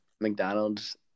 McDonald's